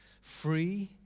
free